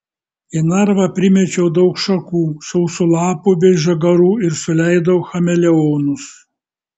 į narvą primečiau daug šakų sausų lapų bei žagarų ir suleidau chameleonus